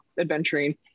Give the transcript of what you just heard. adventuring